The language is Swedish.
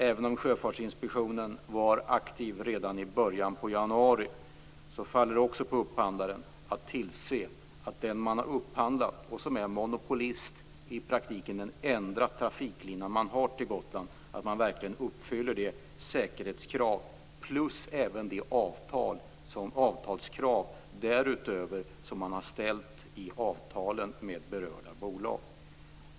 Även om Sjöfartsinspektionen var aktiv redan i början på januari faller det också på upphandlaren att tillse att den man har upphandlat av, som är monopolist och i praktiken den enda trafiklina man har till Gotland, verkligen uppfyller de säkerhetskrav och de avtalskrav som man därutöver har ställt i avtalen med berörda bolag.